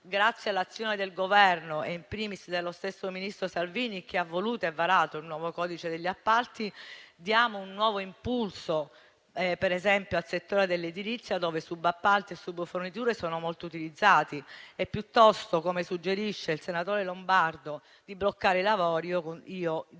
grazie all'azione del Governo e *in primis* dello stesso ministro Salvini, che ha voluto e varato il nuovo codice degli appalti, diamo un nuovo impulso, per esempio, al settore dell'edilizia, nel quale subappalti e subforniture sono molto utilizzati e, piuttosto che bloccare i lavori, come